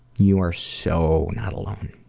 you are so not alone.